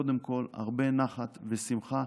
קודם כול הרבה נחת ושמחה,